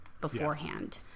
beforehand